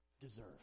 deserve